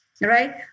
right